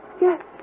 Yes